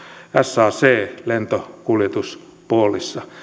sac lentokuljetuspoolissa